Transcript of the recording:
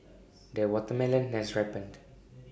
the watermelon has ripened